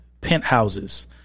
penthouses